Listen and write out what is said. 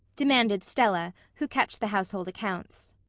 demanded stella, who kept the household accounts.